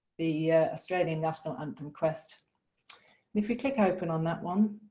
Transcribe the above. the australian national anthem quest if we click open on that one,